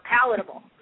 palatable